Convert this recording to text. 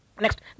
Next